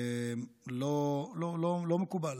לא מקובל.